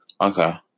Okay